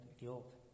guilt